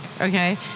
Okay